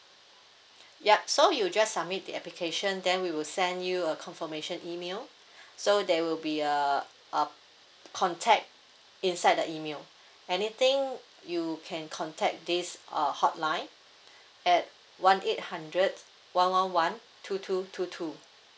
ya so you just submit the application then we will send you a confirmation email so there will be uh a contact inside the email anything you can contact this uh hotline at one eight hundred one one one two two two two